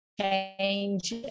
change